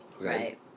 right